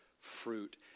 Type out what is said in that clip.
fruit